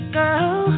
girl